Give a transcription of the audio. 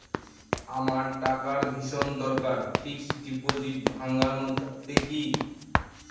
আমার টাকার ভীষণ দরকার ফিক্সট ডিপোজিট ভাঙ্গানো যাবে কি?